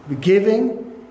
Giving